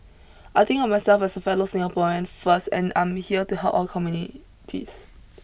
I think of myself as a fellow Singaporean first and I'm here to help all communities